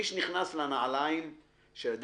על מי שנכנס לנעליים של הנפטר.